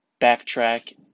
backtrack